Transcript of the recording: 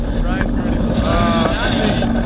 ryan's ready to retire. not me.